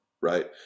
Right